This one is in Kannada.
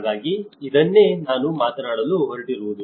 ಹಾಗಾಗಿ ಇದನ್ನೇ ನಾನು ಮಾತನಾಡಲು ಹೊರಟಿರುವುದು